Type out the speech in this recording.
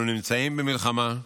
אנחנו נמצאים במלחמה,